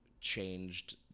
changed